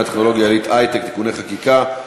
הטכנולוגיה העילית (היי-טק) (תיקוני חקיקה),